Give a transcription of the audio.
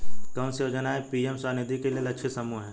कौन सी योजना पी.एम स्वानिधि के लिए लक्षित समूह है?